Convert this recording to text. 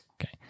Okay